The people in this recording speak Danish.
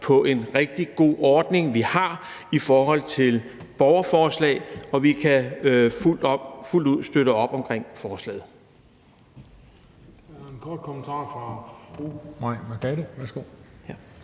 på en rigtig god ordning, vi har i forhold til borgerforslag, og vi kan fuldt ud støtte op omkring forslaget.